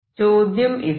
ചോദ്യം ഇതാണ്